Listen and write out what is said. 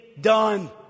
done